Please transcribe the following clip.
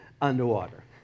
underwater